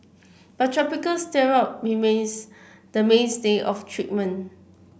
but topical steroid remains the mainstay of treatment